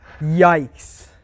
yikes